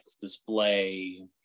display